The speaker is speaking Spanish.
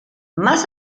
más